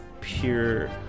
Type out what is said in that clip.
pure